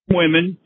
women